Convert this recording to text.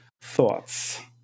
thoughts